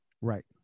Right